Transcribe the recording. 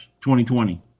2020